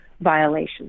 violations